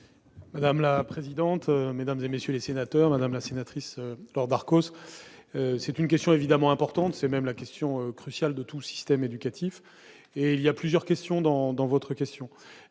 Madame la présidente, mesdames et messieurs les sénateurs, Madame la sénatrice par Darcos c'est une question évidemment importante, c'est même la question cruciale de tout système éducatif et il y a plusieurs questions dans dans votre question,